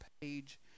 page